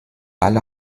alle